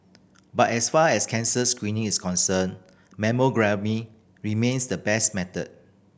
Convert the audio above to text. but as far as cancer screening is concerned remains the best method